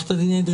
עו"ד אדרי,